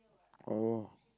oh